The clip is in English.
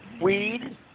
Weed